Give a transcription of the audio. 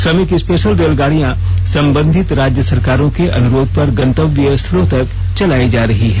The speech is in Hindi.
श्रमिक स्पेशल रेलगाड़ियां संबंधित राज्य सरकारों के अनुरोध पर गंतव्य स्थलों तक चलाई जा रही हैं